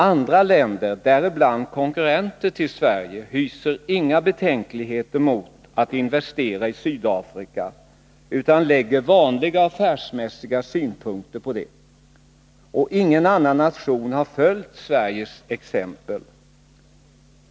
Andra länder, däribland konkurrenter till Sverige, hyser inga betänkligheter mot att investera i Sydafrika, utan lägger vanliga affärsmässiga synpunkter på detta. Och ingen annan nation har följt Sveriges exempel.